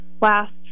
last